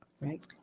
Right